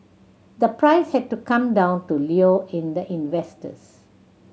the price had to come down to lure in the investors